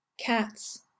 Cats